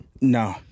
No